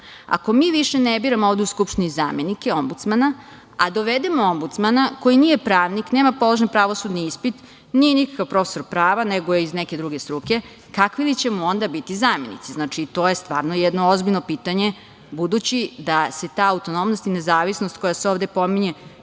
Ako mi više ne biramo u Skupštini zamenike Ombudsmana, a dovedemo Ombudsmana koji nije pravnik, nema položen pravosudni ispit, nije nikakav profesor prava, nego je iz neke druge struke, kakvi će mu onda biti zamenici? Znači, to je stvarno jedno ozbiljno pitanje, budući da se ta autonomnost i nezavisnost koja se ovde pominje